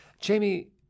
Jamie